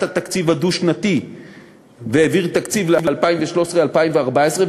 התקציב הדו-שנתי והעביר תקציב ל-2013 2014,